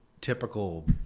typical